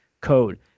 code